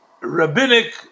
rabbinic